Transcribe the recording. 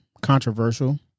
controversial